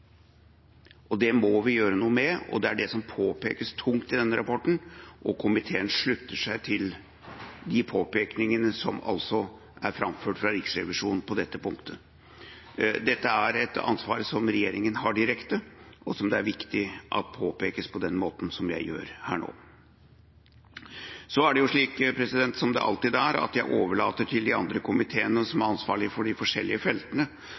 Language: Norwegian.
og det må vi gjøre noe med. Det er det som påpekes tungt i denne rapporten, og komiteen slutter seg til de påpekningene som er framført fra Riksrevisjonen på dette punktet. Dette er et ansvar som regjeringa har direkte, og som det er viktig at påpekes på den måten som jeg gjør her nå. Så er det slik, som det alltid er, at jeg overlater til de andre komiteene som er ansvarlige for de forskjellige feltene,